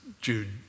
Jude